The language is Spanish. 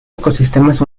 ecosistemas